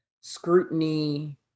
scrutiny